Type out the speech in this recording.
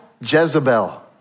Jezebel